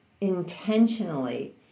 intentionally